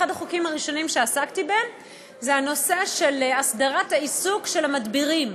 אחד החוקים הראשונים שעסקתי בהם היה בנושא של הסדרת העיסוק של המדבירים.